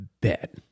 bet